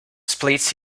splits